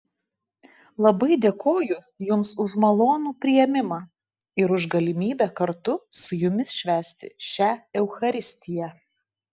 labai dėkoju jums už malonų priėmimą ir už galimybę kartu su jumis švęsti šią eucharistiją